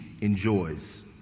enjoys